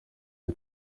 nta